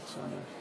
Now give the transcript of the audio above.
ואיך אומרים?